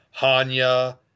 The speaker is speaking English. Hanya